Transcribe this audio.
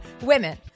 women